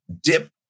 dip